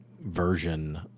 version